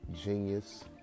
genius